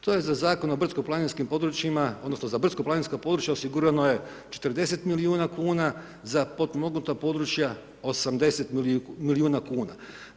To je za Zakon o brdsko planinskim područjima, odnosno, za brdsko planinska područja osigurano je 40 milijuna kn, za potpomognuta područja 80 milijuna kn.